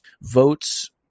votes